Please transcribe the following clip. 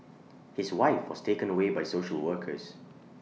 his wife was taken away by social workers